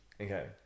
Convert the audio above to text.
okay